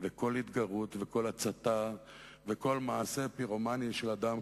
וכל התגרות וכל הצתה וכל מעשה פירומני של אדם,